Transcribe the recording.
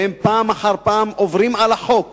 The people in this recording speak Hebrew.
והם פעם אחר פעם עוברים על החוק